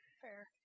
Fair